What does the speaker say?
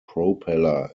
propeller